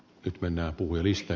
arvoisa puhemies